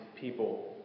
people